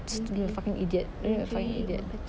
don't be a fucking idiot you're a fucking idiot